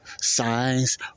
Signs